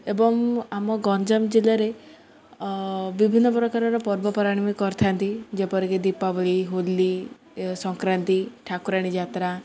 ଏବଂ ଆମ ଗଞ୍ଜାମ ଜିଲ୍ଲାରେ ବିଭିନ୍ନ ପ୍ରକାରର ପର୍ବପର୍ବାଣି ବି କରିଥାନ୍ତି ଯେପରିକି ଦୀପାବଳି ହୋଲି ସଂକ୍ରାନ୍ତି ଠାକୁରାଣୀ ଯାତ୍ରା